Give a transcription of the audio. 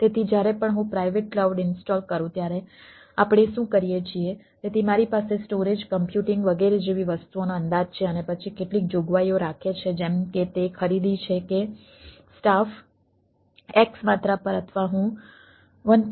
તેથી જ્યારે પણ હું પ્રાઇવેટ ક્લાઉડ ઇન્સ્ટોલ કરું ત્યારે આપણે શું કરીએ છીએ તેથી મારી પાસે સ્ટોરેજ કમ્પ્યુટિંગ વગેરે જેવી વસ્તુઓનો અંદાજ છે અને પછી કેટલીક જોગવાઈઓ રાખે છે જેમ કે તે ખરીદી છે કે સ્ટાફ x માત્રા પર અથવા હું 1